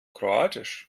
kroatisch